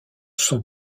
sont